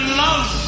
love